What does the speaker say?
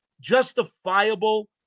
justifiable